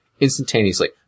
instantaneously